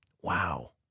Wow